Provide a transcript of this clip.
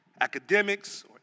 academics